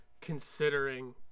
considering